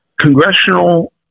congressional